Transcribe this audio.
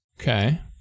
Okay